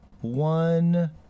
one